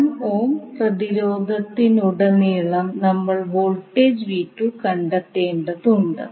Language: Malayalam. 1 ഓം പ്രതിരോധത്തിലുടനീളം നമ്മൾ വോൾട്ടേജ് കണ്ടെത്തേണ്ടതുണ്ട്